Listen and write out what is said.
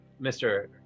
Mr